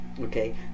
Okay